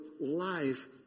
life